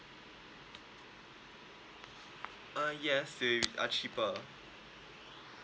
uh yes they are cheaper